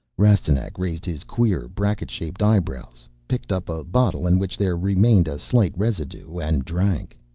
rastignac raised his queer, bracket-shaped eyebrows, picked up a bottle in which there remained a slight residue, and drank.